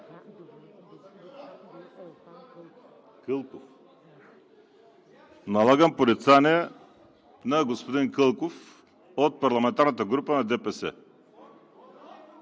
Налагам порицание на господин Кълков от парламентарната група на ДПС.